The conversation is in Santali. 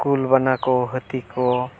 ᱠᱩᱞᱼᱵᱟᱱᱟ ᱠᱚ ᱦᱟᱹᱛᱤ ᱠᱚ